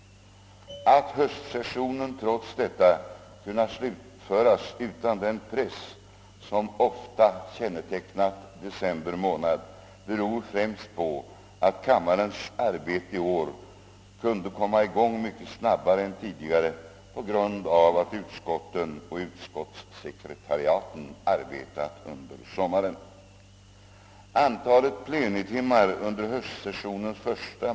Att höstsessionen trots detta kunnat slutföras utan den press, som ofta kännetecknat december månad, beror främst på att kammarens arbete i år kunde komma i gång mycket snabbare än tidigare på grund av att utskotten och utskottssekretariaten arbetat under sommaren. Antalet . plenitimmar under höstsessionens första.